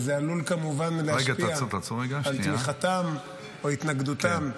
וזה עלול כמובן להשפיע על תמיכתם או התנגדותם.